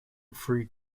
three